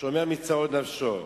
שומר מצרות נפשו".